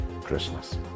christmas